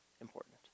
important